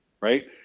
right